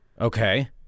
Okay